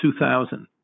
2000